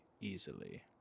easily